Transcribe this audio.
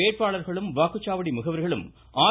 வேட்பாளர்களும் வாக்குச்சாவடி முகவர்களும் ஆர்